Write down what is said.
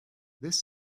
this